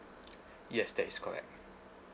yes that is correct